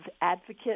advocate